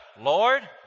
Lord